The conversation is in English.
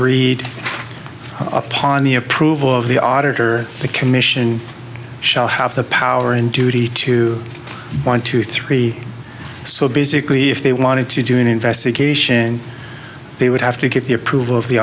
read upon the approval of the auditor the commission shall have the power and judy two point two three so basically if they wanted to do an investigation they would have to get the approval of the